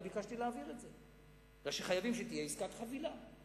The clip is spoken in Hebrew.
אני ביקשתי להעביר את זה כי חייבת להיות עסקת חבילה.